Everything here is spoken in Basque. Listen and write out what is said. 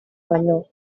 baino